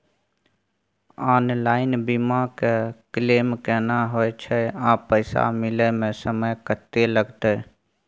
Online बीमा के claim केना होय छै आ पैसा मिले म समय केत्ते लगतै?